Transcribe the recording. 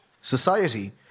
society